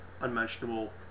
unmentionable